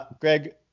Greg